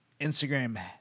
Instagram